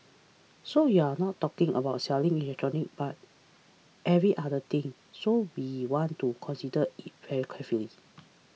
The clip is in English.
so you're not talking about selling electronics but every other thing so we want to consider it very carefully